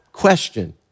question